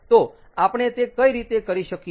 તો આપણે તે કઈ રીતે કરી શકીયે